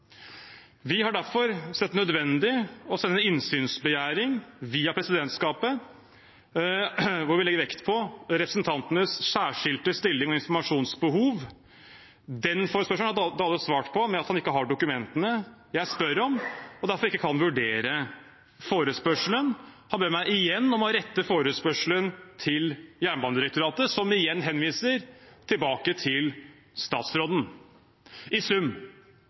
Vi har derfor sett det nødvendig å sende en innsynsbegjæring, via presidentskapet, hvor vi legger vekt på representantenes særskilte stilling og informasjonsbehov. Den forespørselen har statsråd Dale svart på med å si at han ikke har dokumentene jeg spør om, og derfor ikke kan vurdere forespørselen. Han ber meg igjen om å rette forespørselen til Jernbanedirektoratet, som igjen henviser tilbake til statsråden! I sum: